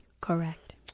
Correct